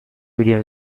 video